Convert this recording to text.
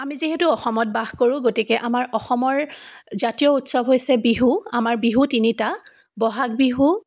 আমি যিহেটো অসমত বাস কৰোঁ গতিকে আমাৰ অসমৰ জাতীয় উৎসৱ হৈছে বিহু আমাৰ বিহু তিনিটা বহাগ বিহু